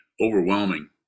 overwhelming